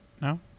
no